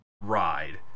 ride